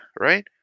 Right